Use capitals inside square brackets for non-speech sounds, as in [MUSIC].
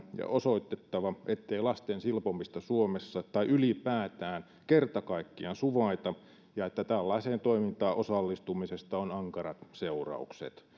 ja osoitettava ettei lasten silpomista suomessa tai ylipäätään kerta kaikkiaan suvaita ja että tällaiseen toimintaan osallistumisesta on ankarat seuraukset [UNINTELLIGIBLE]